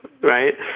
right